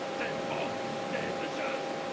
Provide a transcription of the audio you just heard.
they both delicious!